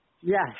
Yes